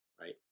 Right